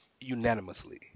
unanimously